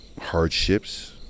hardships